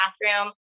bathroom